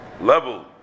level